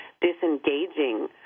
disengaging